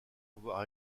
avoir